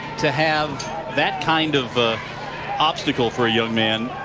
to have that kind of obstacle for a young man,